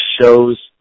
shows